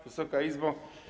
Wysoka Izbo!